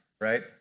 right